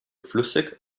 flüssig